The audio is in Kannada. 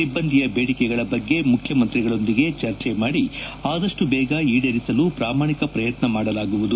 ಸಿಬ್ಬಂದಿಯ ಬೇಡಿಕೆಗಳ ಬಗ್ಗೆ ಮುಖ್ಯಮಂತ್ರಿಗಳೊಂದಿಗೆ ಚರ್ಚೆ ಮಾಡಿ ಆದಷ್ಟು ಬೇಗ ಈಡೇರಿಸಲು ಪ್ರಮಾಣಿಕ ಪ್ರಯತ್ನ ಮಾಡಲಾಗುವುದು